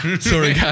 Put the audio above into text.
sorry